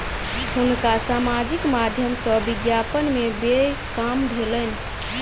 हुनका सामाजिक माध्यम सॅ विज्ञापन में व्यय काम भेलैन